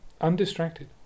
undistracted